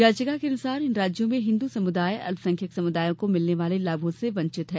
याचिका के अनुसार इन राज्यों में हिंदू समुदाय अल्पसंख्यक समुदायों को मिलने वाले लाभों से वंचित है